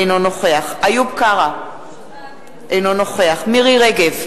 אינו נוכח איוב קרא, אינו נוכח מירי רגב,